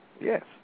Yes